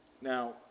Now